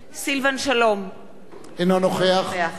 אינו נוכח יוליה שמאלוב-ברקוביץ,